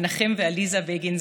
מנחם ועליזה בגין,